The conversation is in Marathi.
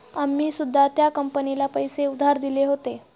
आम्ही सुद्धा त्या कंपनीला पैसे उधार दिले होते